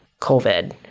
COVID